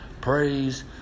praise